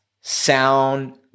sound